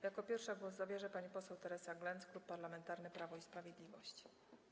Jako pierwsza głos zabierze pani poseł Teresa Glenc, Klub Parlamentarny Prawo i Sprawiedliwość.